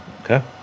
Okay